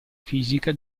fisica